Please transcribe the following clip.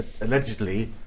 allegedly